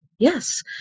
Yes